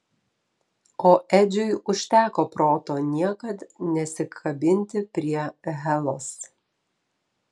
o edžiui užteko proto niekad nesikabinti prie helos